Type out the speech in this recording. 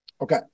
Okay